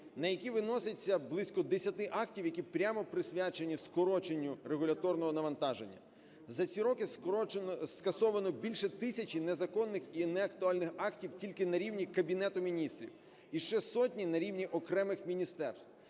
на які виноситься близько 10 актів, які прямо присвячені скороченню регуляторного навантаження. За ці роки скасовано більше тисячі незаконних і неактуальних актів тільки на рівні Кабінету Міністрів і ще сотні на рівні окремих міністерств.